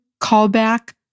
callback